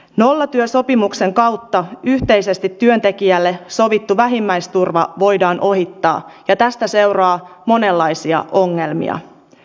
nollatyösopimuksen kautta yhteisesti työntekijälle sovittu vähimmäisturva voidaan ohittaa ja tästä seuraa monenlaisia ongelmia